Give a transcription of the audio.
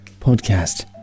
Podcast